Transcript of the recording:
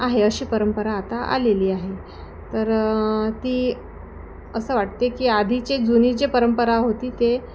आहे अशी परंपरा आता आलेली आहे तर ती असं वाटते की आधीचे जुनी जे परंपरा होती ते